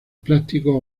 plásticos